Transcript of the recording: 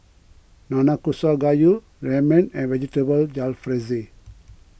Nanakusa Gayu Ramen and Vegetable Jalfrezi